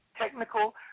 technical